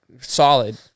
solid